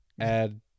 add –